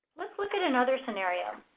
let's look at another scenario.